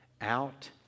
Out